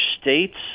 states